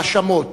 ההאשמות,